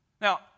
Now